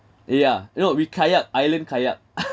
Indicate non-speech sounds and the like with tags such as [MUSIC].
yeah you know we kayak island kayak [LAUGHS]